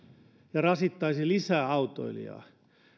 ja rasittaisi lisää autoilijaa